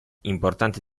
importante